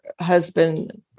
husband